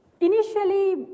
Initially